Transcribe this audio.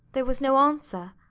there was no answer.